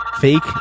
Fake